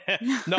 no